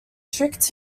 tricked